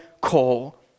call